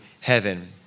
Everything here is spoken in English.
heaven